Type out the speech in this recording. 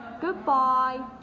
Goodbye